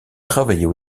travaillait